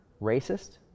racist